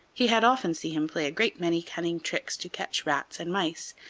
he had often seen him play a great many cunning tricks to catch rats and mice,